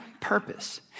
purpose